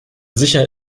sicher